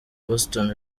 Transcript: boston